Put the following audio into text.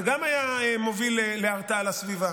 גם זה היה מוביל להרתעה לסביבה.